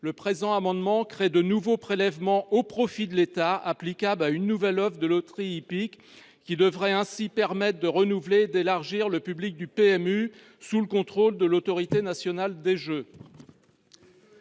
par cet amendement, de créer de nouveaux prélèvements au profit de l’État, applicables à une nouvelle offre de loterie hippique qui devrait permettre de renouveler et d’élargir le public du PMU sous le contrôle de l’Autorité nationale des jeux.